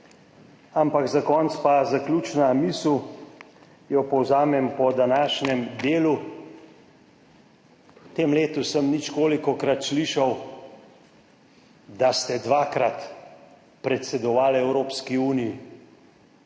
ampak za konec pa zaključna misel, jo povzamem po današnjem delu. V tem letu sem ničkolikokrat slišal, da ste dvakrat predsedovali Evropski uniji,